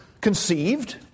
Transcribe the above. conceived